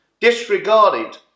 Disregarded